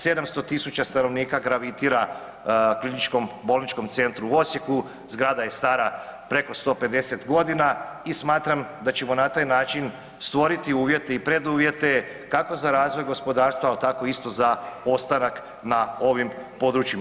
700.000 stanovnika gravitira Kliničkom bolničkom centru u Osijeku, zgrada je stara preko 150 godina i smatram da ćemo na taj način stvoriti uvjete i preduvjete kako za razvoj gospodarstva, tako isto za ostanak na ovim područjima.